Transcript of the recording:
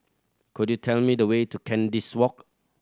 could you tell me the way to Kandis Walk